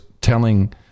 telling